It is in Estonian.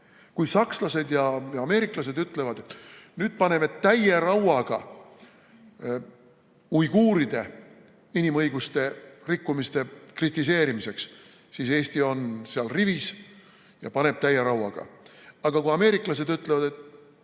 Kui sakslased ja ameeriklased ütlevad, et nüüd paneme täie rauaga uiguuride inimõiguste rikkumise kritiseerimiseks, siis Eesti on seal rivis ja paneb täie rauaga. Aga kui ameeriklased ütlevad, et